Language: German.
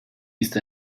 ist